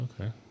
Okay